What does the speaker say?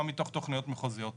מה מתוך תוכניות מחוזיות.